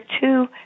two